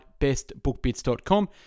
bestbookbits.com